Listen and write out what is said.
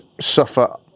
suffer